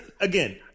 Again